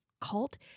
cult